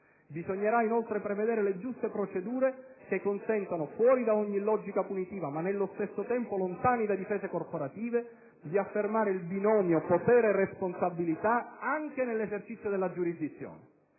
Bisognerà, inoltre, prevedere le giuste procedure che consentano - fuori da ogni logica punitiva ma nello stesso tempo lontani da difese corporative - di affermare il binomio potere - responsabilità anche nell'esercizio della giurisdizione.